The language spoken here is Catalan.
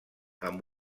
amb